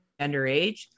underage